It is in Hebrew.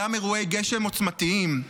גם אירועי גשם עוצמתיים.